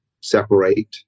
separate